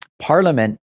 Parliament